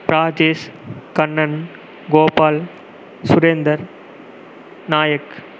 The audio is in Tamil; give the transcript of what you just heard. ராஜேஷ் கண்ணன் கோபால் சுரேந்தர் நாயக்